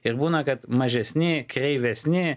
ir būna kad mažesni kreivesni